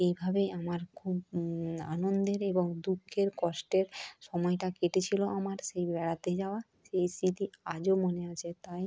এইভাবে আমার খুব আনন্দের এবং দুঃখের কষ্টের সময়টা কেটেছিলো আমার সেই বেড়াতে যাওয়া সেই স্মৃতি আজও মনে আছে তাই